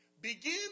Begin